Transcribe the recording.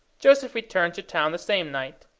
joseph returned to town the same night,